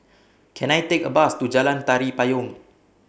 Can I Take A Bus to Jalan Tari Payong